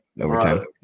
overtime